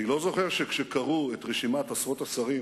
אני לא זוכר שכשקראו את רשימת עשרות השרים